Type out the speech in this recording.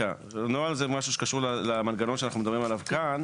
הנוהל זה משהו שקשור למנגנון שאנחנו מדברים עליו כאן.